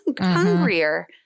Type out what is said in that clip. hungrier